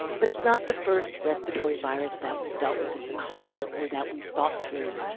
but it's not the first respiratory virus that we've dealt with as a country or that we've thought through.